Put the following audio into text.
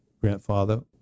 grandfather